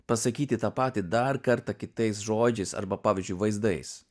pasakyti tą patį dar kartą kitais žodžiais arba pavyzdžiui vaizdais